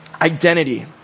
identity